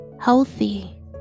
healthy